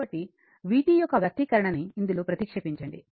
కాబట్టి vt యొక్క వ్యక్తీకరణని ఇందులో ప్రతిక్షేపించండి